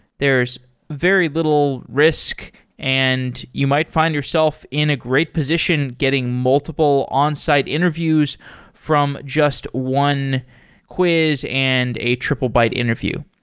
there's very little risk and you might find yourself in a great position getting multiple onsite interviews from just one quiz and a triplebyte interview.